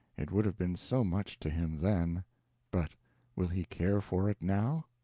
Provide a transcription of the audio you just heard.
it would have been so much to him then but will he care for it now?